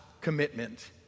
Commitment